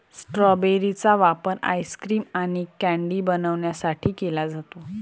strawberry चा वापर ice cream आणि कँडी बनवण्यासाठी केला जातो